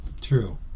True